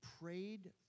prayed